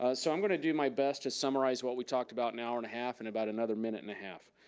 ah so i'm gonna do my best to summarize what we talked about an hour and a half in and about another minute and a half.